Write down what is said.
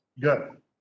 Good